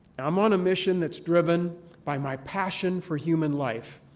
i'm on a mission that's driven by my passion for human life